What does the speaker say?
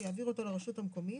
שיעביר אותו לרשות המקומית